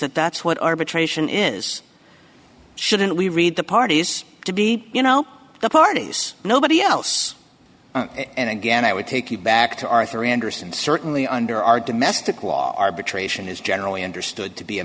that that's what arbitration is shouldn't we read the parties to be you know the parties nobody else and again i would take you back to arthur andersen certainly under our domestic law arbitration is generally understood to be a